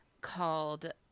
called